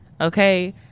Okay